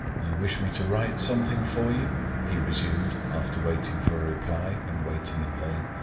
you wish me to write something for you? he resumed, after waiting for a reply, and waiting in vain.